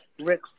Rick